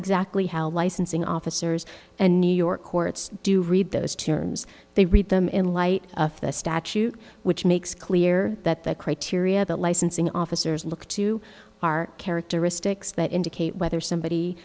exactly how licensing officers and new york courts do read those terms they read them in light of the statute which makes clear that the criteria that licensing officers look to are characteristics that indicate whether somebody